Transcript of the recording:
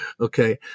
okay